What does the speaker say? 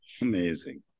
amazing